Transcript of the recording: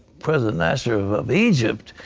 president nasser of of egypt.